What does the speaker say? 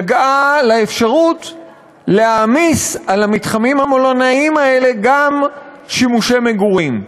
נגעה לאפשרות להעמיס על המתחמים המלונאיים האלה גם שימושי מגורים.